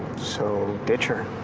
so ditch her.